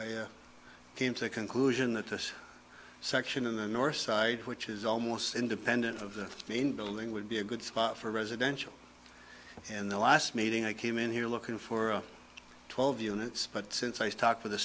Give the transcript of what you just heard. i came to the conclusion that this section of the north side which is almost independent of the main building would be a good spot for residential in the last meeting i came in here looking for twelve units but since i stuck with a